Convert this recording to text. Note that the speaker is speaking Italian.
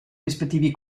rispettivi